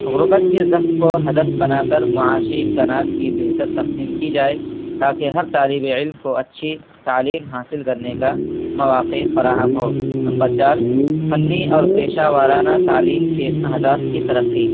غربت کے زخم کو ہدف بنا کر معاشی امکانات کی بہتر تقسیم کی جائے تاکہ ہر طالبِ علم کو اچھی تعلیم حاصل کرنے کا مواقع فراہم ہو نمبر چار فنی اور پیشہ وارانہ تعلیم کے اہداف کی ترقی